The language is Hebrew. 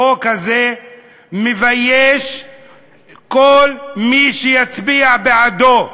החוק הזה מבייש כל מי שיצביע בעדו.